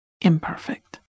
imperfect